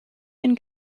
and